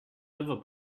liver